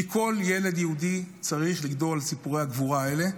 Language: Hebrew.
כי כל ילד יהודי צריך לגדול על סיפורי הגבורה האלה.